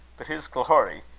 but his glory!